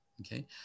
Okay